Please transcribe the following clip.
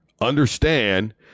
understand